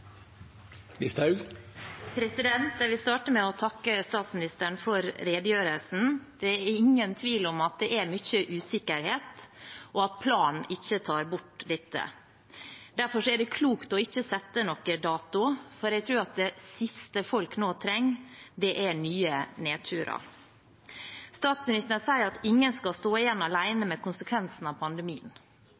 ingen tvil om at det er mye usikkerhet, og at planen ikke tar bort dette. Derfor er det klokt ikke å sette noen dato, for jeg tror at det siste folk nå trenger, er nye nedturer. Statsministeren sier at «ingen skal stå igjen alene» med konsekvensene av pandemien.